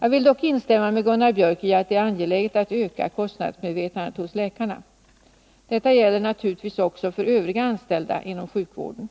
Jag vill dock instämma med Gunnar Biörck i att det är angeläget att öka kostnadsmedvetandet hos läkarna. Detta gäller naturligtvis också för övriga anställda inom sjukvården.